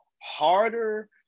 harder